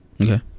Okay